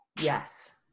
Yes